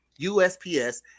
USPS